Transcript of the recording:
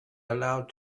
allowed